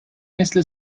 مثل